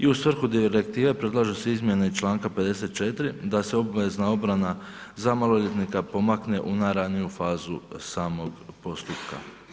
I u svrhu direktive predlažu se izmjene članka 54. da se obvezna obrana za maloljetnika pomakne u najraniju fazu samog postupka.